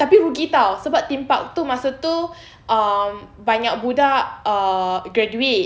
tapi rugi [tau] sebab theme park tu masa tu um banyak budak uh graduate